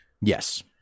Yes